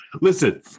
Listen